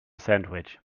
sandwich